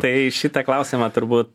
tai šitą klausimą turbūt